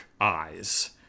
eyes